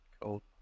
Cool